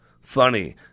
Funny